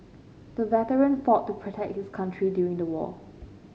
the veteran fought to protect his country during the war